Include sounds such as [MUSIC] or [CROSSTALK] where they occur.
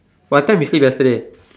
what time you sleep yesterday [NOISE]